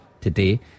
today